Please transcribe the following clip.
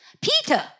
Peter